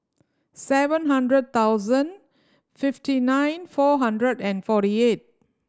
seven hundred thousand fifty nine four hundred and forty eight